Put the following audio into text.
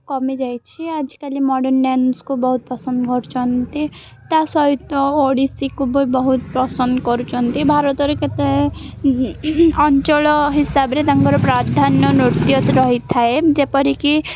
କମିଯାଇଛି ଆଜିକାଲି ମଡ଼ର୍ନ ଡ୍ୟାନ୍ସକୁ ବହୁତ ପସନ୍ଦ କରୁଛନ୍ତି ତା' ସହିତ ଓଡ଼ିଶୀକୁ ବି ବହୁତ ପସନ୍ଦ କରୁଛନ୍ତି ଭାରତରେ କେତେ ଅଞ୍ଚଳ ହିସାବରେ ତାଙ୍କର ପ୍ରାଧାନ୍ୟ ନୃତ୍ୟ ରହିଥାଏ ଯେପରିକି